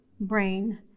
Brain